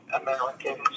Americans